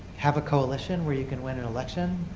have a coalition where you can win an election,